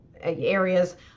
areas